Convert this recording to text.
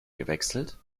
gewechselt